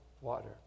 water